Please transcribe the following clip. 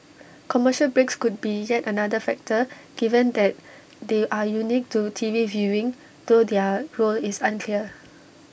commercial breaks could be yet another factor given that they are unique to T V viewing though their role is unclear